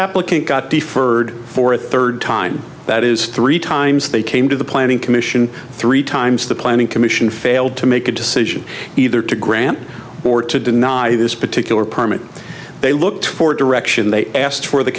applicant got deferred for a third time that is three times they came to the planning commission three times the planning commission failed to make a decision either to grant or to deny this particular permit they looked for direction they asked for the